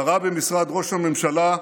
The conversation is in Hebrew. שרה במשרד ראש הממשלה,